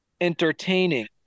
entertaining